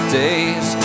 days